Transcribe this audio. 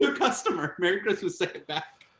um um ah merry christmas, say it back.